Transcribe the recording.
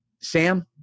Sam